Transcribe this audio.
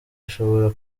ashobora